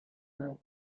banco